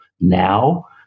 now